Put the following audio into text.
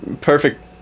perfect